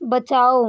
बचाओ